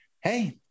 hey